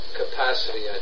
capacity